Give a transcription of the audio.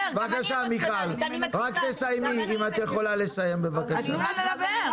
בבקשה מיכל אם את יכולה לסיים בבקשה.